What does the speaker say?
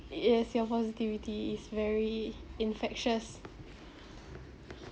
yes your positivity is very infectious